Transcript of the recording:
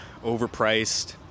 overpriced